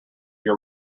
your